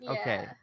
Okay